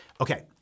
Okay